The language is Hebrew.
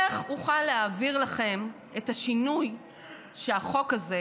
איך אוכל להעביר לכם את השינוי שהחוק הזה